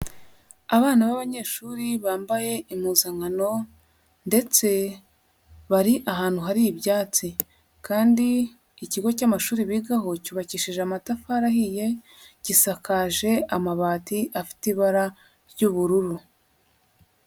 Abana b'abanyeshuri bambaye impuzankano ndetse bari ahantu hari ibyatsi kandi ikigo cy'amashuri bigaho cyubakishije amatafari ahiye, gisakaje amabati afite ibara ry'ubururu.